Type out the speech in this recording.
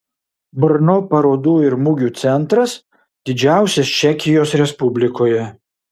brno parodų ir mugių centras didžiausias čekijos respublikoje